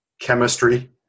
chemistry